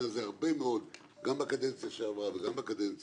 הזה כבר הרבה זמן גם בקדנציה זו וגם בקודמת